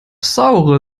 saure